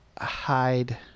hide